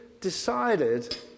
decided